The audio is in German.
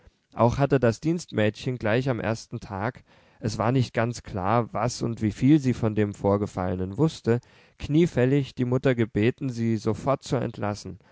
auch hatte das dienstmädchen gleich am ersten tag es war nicht ganz klar was und wieviel sie von dem vorgefallenen wußte kniefällig die mutter gebeten sie sofort zu entlassen